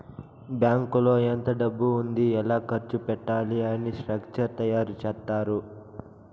బ్యాంకులో ఎంత డబ్బు ఉంది ఎలా ఖర్చు పెట్టాలి అని స్ట్రక్చర్ తయారు చేత్తారు